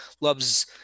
loves